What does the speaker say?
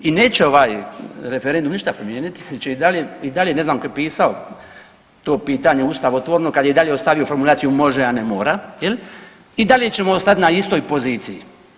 I neće ovaj referendum ništa promijenit i dalje ne znam tko je pisao to pitanje ustavotvorno kad je i dalje ostavio formulaciju može, a ne mora jel i dalje ćemo ostati na istoj poziciji.